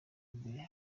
mbere